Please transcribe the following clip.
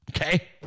okay